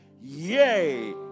Yay